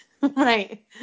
right